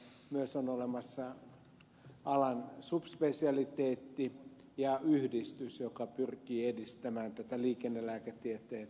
on myös olemassa alan subspesialiteetti ja yhdistys joka pyrkii edistämään liikennelääketieteen osaamista